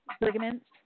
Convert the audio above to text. ligaments